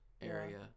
area